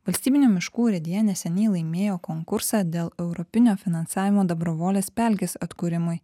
valstybinių miškų urėdija neseniai laimėjo konkursą dėl europinio finansavimo dabrovolės pelkės atkūrimui